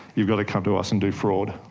you've got to come to us and do fraud.